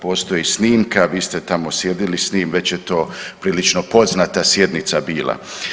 Postoji snimka, vi ste tamo sjedili s njim, već je to prilično poznata sjednica bila.